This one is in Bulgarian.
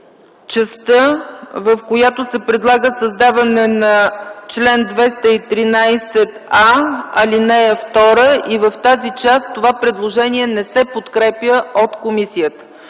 частта, в която се предлага създаване на чл. 213а, ал. 2 и в тази част това предложение не се подкрепя от комисията.